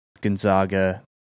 Gonzaga